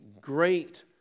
great